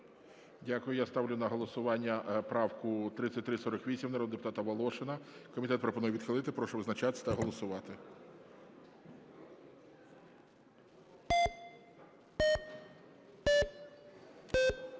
Дякую. Я ставлю на голосування правку 3348 народного депутата Волошина. Комітет пропонує відхилити. Прошу визначатись та голосувати.